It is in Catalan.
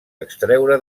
extreure